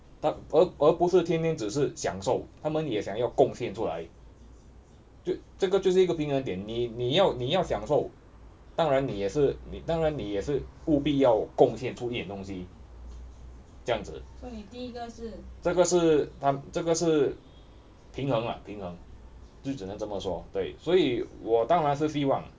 他而而不是天天只是享受他们也想要贡献出来就这个就是一个平衡点你你要你要享受当然你也是当然你也是务必要贡献出一点东西酱子这个是他这个是平衡啦平衡就只能这么说对所以我当然是希望